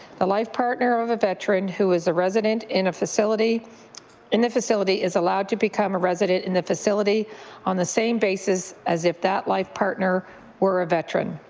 the life partner of a veteran who is a resident in a facility in the facility is allowed to become a resident in the facility on the same basis as if that life partner were a veteran.